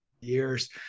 years